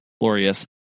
glorious